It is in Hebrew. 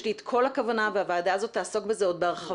יש לי את כל הכוונה והוועדה הזו תעסוק בזה עוד בהרחבה.